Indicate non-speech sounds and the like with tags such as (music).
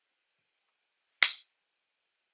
(noise)